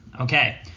Okay